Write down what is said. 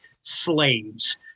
slaves